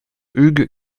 huyghe